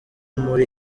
muri